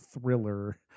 thriller